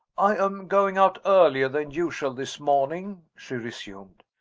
i am going out earlier than usual this morning, she resumed.